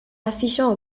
affichant